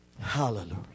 Hallelujah